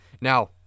Now